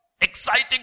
Exciting